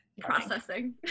processing